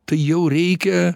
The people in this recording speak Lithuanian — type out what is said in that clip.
tai jau reikia